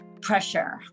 pressure